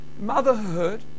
motherhood